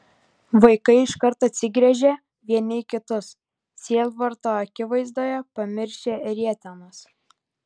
vaikai iškart atsigręžė vieni į kitus sielvarto akivaizdoje pamiršę rietenas